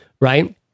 Right